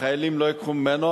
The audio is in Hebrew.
החיילים לא ייקחו ממנו,